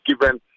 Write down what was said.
given